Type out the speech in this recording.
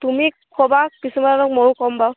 তুমি ক'বা কিছুমানক ময়ো ক'ম বাৰু